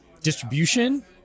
distribution